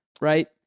right